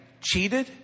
cheated